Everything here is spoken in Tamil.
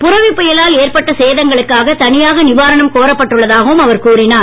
புரெவி புயலால் ஏற்பட்ட சேதங்களுக்காக தனியாக நிவாரணம் கோரப்பட்டுள்ளதாகவும் அவர் கூறினார்